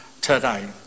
today